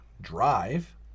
drive